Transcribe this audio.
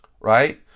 Right